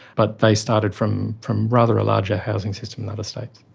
but they started from from rather a larger housing system than other states.